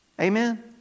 Amen